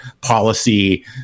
policy